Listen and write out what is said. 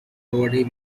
roddy